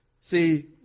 See